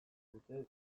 dute